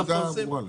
הנקודה ברורה לי.